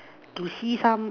to see some